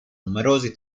numerosi